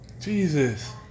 Jesus